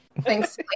Thanks